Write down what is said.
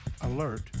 Alert